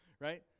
right